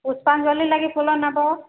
ପୁଷ୍ପାଞ୍ଜଳି ଲାଗି ଫୁଲ ନେବ